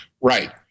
Right